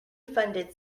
funded